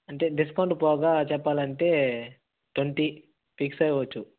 అంటే డిస్కౌంట్ పోగా చెప్పాలంటే ట్వంటీ ఫిక్స్ అవ్వచ్చు